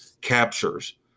captures